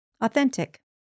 authentic